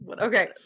Okay